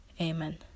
Amen